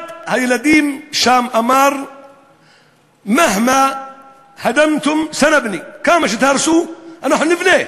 אחד הילדים שם אמר (אומר משפט בערבית ומתרגם:) כמה שתהרסו אנחנו נבנה.